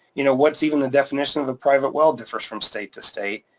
you know what's even the definition of the private well differs from state to state.